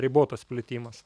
ribotas plitimas